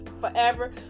forever